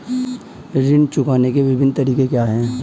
ऋण चुकाने के विभिन्न तरीके क्या हैं?